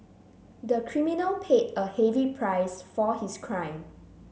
the criminal paid a heavy price for his crime